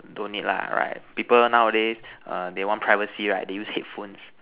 don't need lah right people nowadays err they want privacy right they use headphones